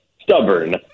stubborn